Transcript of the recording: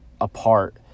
apart